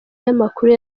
y’amakuru